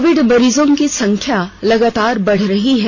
Covid मरीजों की संख्या लगातार बढ़ रही है